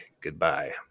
Goodbye